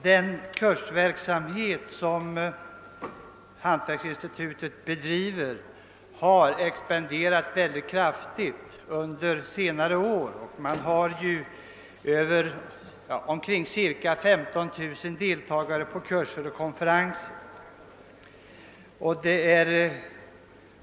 Den kursverksamhet som hantverksinstitutet bedriver har expanderat mycket kraftigt under senare år; man har haft ca 15 000 deltagare på kurser och konferenser.